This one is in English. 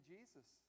Jesus